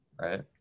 right